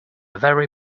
very